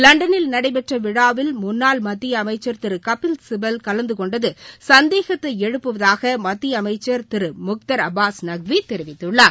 லண்டனில் நடைபெற்ற விழாவில் முன்னாள் மத்திய அமைச்சள் திரு கபில் சிபல் கலந்து கொண்டது சந்தேகத்ததை எழுப்புவதாக மத்திய அமைச்சர் திரு முக்தர் அப்பாஸ் நக்வி தெரிவித்துள்ளார்